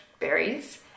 berries